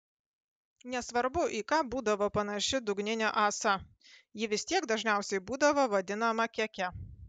nesvarbu į ką būdavo panaši dugninė ąsa ji vis tiek dažniausiai būdavo vadinama keke